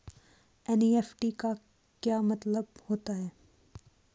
NEFT का मतलब क्या होता है?